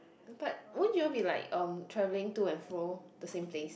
but won't you all be like um travelling to and fro the same place